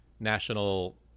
national